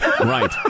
Right